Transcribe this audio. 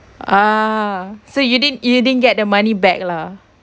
ah so you didn't you didn't get the money back lah